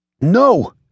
No